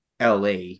la